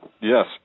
Yes